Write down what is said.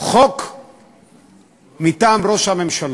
חוק מטעם ראש הממשלה.